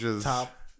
top